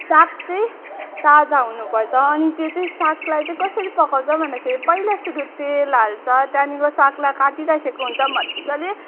साग चाहिँ ताजा हुनु पर्छ अनि त्यो चाहिँ सागलाई चाहिँ कसरी पकाउँछ भन्दाखेरि पहिला सुरु तेल हाल्छ त्यहाँदेखिको सागलाई काटी राखेको हुन्छ मज्जाले